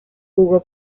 jugó